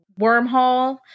wormhole